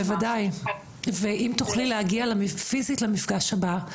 בוודאי ואם תוכלי להגיע פיזית למפגש הבא,